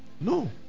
no